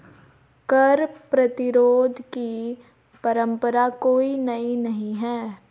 कर प्रतिरोध की परंपरा कोई नई नहीं है